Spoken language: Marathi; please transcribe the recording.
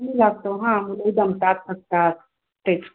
ऊन लागतं हां मुलंही दमतात थकतात तेच